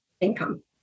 income